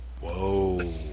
Whoa